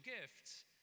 gifts